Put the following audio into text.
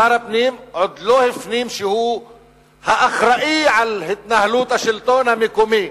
שר הפנים עוד לא הפנים שהוא האחראי להתנהלות השלטון המקומי.